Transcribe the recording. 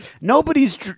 nobody's